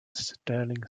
sterling